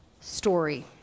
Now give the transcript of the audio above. story